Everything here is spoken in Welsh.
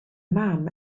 mam